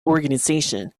organization